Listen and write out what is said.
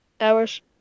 hours